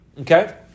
Okay